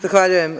Zahvaljujem.